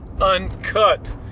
Uncut